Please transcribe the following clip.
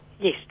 Yes